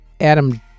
Adam